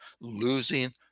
losing